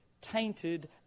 tainted